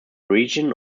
region